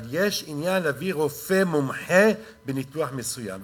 אבל יש עניין של להביא רופא מומחה לניתוח מסוים,